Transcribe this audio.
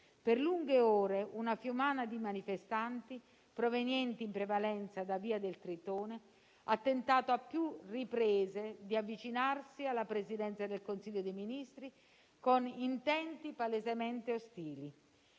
Per lunghe ore una fiumana di manifestanti, provenienti in prevalenza da Via del Tritone, ha tentato, a più riprese, di avvicinarsi alla Presidenza del Consiglio dei ministri con intenti palesemente ostili.